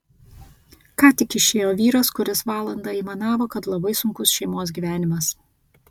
ką tik išėjo vyras kuris valandą aimanavo kad labai sunkus šeimos gyvenimas